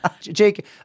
Jake